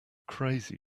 crazy